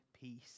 peace